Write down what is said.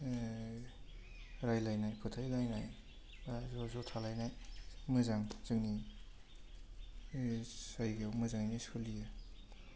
रायज्लायनाय फोथाइलायनाय आर ज'ज' थालायनाय मोजां जोंनि जायगायाव मोजाङैनो सोलियो